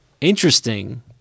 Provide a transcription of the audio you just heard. interesting